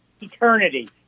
eternity